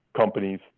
companies